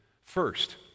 First